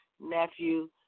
nephew